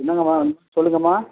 என்னாங்கம்மா சொல்லுங்கம்மா